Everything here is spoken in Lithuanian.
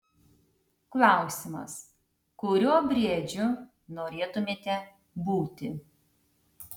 klausimas kuriuo briedžiu norėtumėte būti